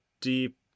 deep